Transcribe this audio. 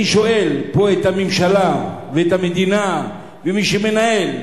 אני שואל פה את הממשלה ואת המדינה ואת מי שמנהל: